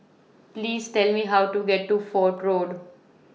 Please Tell Me How to get to Fort Road